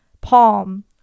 palm